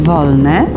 Wolne